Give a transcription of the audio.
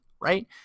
right